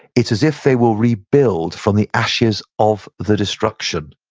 it's as if they will rebuild from the ashes of the destruction,